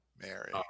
Mary